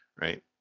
Right